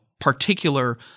particular